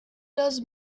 does